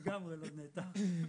אין לנו הגדרה בחקיקה כמו שצור אמר,